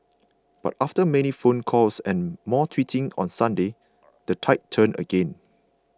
but after many phone calls and more tweeting on Sunday the tide turned again